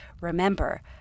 Remember